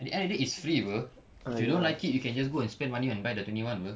at the end of day it's free [pe] if you don't like it you can just go and spend money and buy the twenty one [pe]